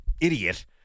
idiot